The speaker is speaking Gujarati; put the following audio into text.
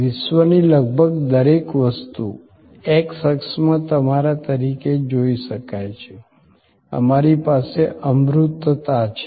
વિશ્વની લગભગ દરેક વસ્તુ x અક્ષમાં તમારા તરીકે જોઈ શકાય છે અમારી પાસે અમૂર્તતા છે